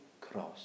cross